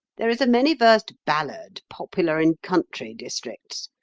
there is a many versed ballad popular in country districts.